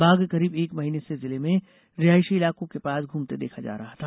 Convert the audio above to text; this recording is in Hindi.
बाघ करीब एक महीने से जिले में रिहायशी इलाकों के पास घूमते देखा जा रहा था